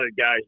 guys